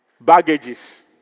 Baggages